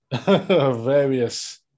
various